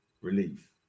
relief